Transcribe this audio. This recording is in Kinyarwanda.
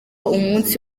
umunsi